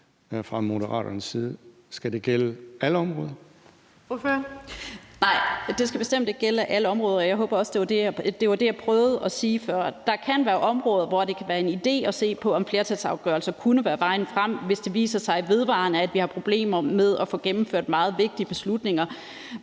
Ordføreren. Kl. 18:43 Karin Liltorp (M): Nej, det skal bestemt ikke gælde alle områder. Det var det, jeg prøvede at sige før. Der kan være områder, hvor det kan være en idé at se på, om flertalsafgørelser kunne være vejen frem. Det kunne være, hvis det vedvarende viser sig, at vi har problemer med at få gennemført meget vigtige beslutninger.